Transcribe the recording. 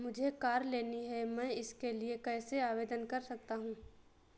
मुझे कार लेनी है मैं इसके लिए कैसे आवेदन कर सकता हूँ?